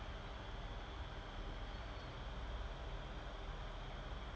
S